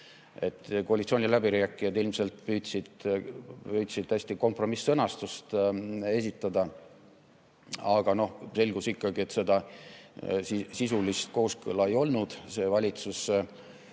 Koalitsiooniläbirääkijad ilmselt püüdsid kompromiss-sõnastust esitada, aga selgus ikkagi, et seda sisulist kooskõla ei olnud. See valitsus,